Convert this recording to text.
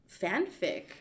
fanfic